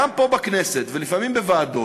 גם פה בכנסת, ולפעמים בוועדות,